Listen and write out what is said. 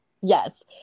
yes